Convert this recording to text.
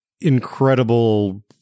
incredible